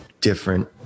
different